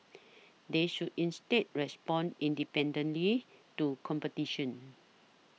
they should instead respond independently to competition